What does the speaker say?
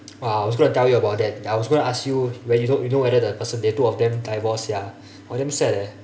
!wah! I was going to tell you about that that I was gonna ask you whether you know you know the person that the two of them divorce sia !wah! damn sad leh